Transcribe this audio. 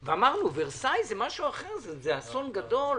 ורסאי זה משהו אחר, זה אסון גדול.